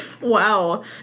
Wow